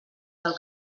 del